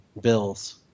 bills